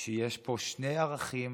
שיש פה שני ערכים